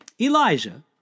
Elijah